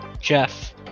Jeff